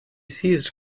seized